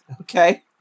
Okay